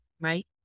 right